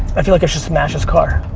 i feel like i should smash his car.